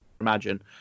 imagine